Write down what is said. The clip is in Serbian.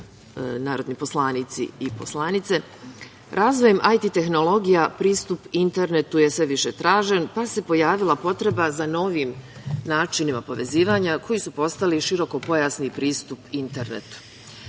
narodni poslanici i poslanice, razvojem IT tehnologija pristup internetu je sve više tražen, pa se pojavila potreba za novim načinima povezivanja koji su postali širokopojasni pristup internetu. Pojavom